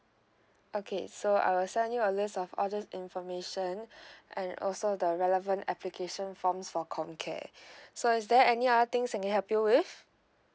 okay so I will send you a list of all this information and also the relevant application forms for ComCare so is there any other things can I help you with